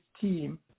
team